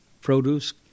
produce